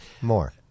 More